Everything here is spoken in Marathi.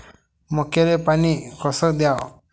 मक्याले पानी कस द्याव?